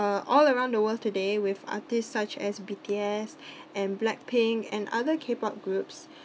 uh all around the world today with artists such as B_T_S and blackpink and other K pop groups